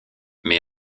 mais